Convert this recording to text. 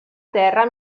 terra